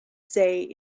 say